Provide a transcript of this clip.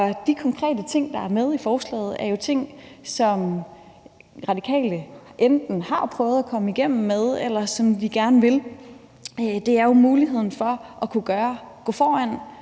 De konkrete ting, der er med i forslaget, er jo ting, som Radikale enten har prøvet at komme igennem med, eller som vi gerne vil. Det er jo muligheden for at kunne gå foran